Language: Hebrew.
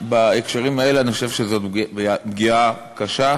בהקשרים האלה אני חושב שזאת פגיעה קשה.